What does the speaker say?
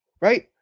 Right